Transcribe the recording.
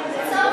אל